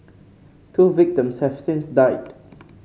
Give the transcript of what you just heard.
two victims have since died